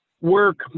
Work